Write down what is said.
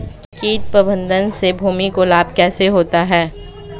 कीट प्रबंधन से भूमि को लाभ कैसे होता है?